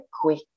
quick